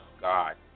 God